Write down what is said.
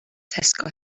tesco